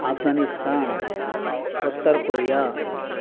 ఆఫ్గానిస్తాన్ ఉత్తర కొరియా